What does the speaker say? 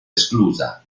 esclusa